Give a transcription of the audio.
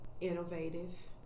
Innovative